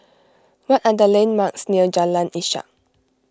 what are the landmarks near Jalan Ishak